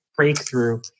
breakthrough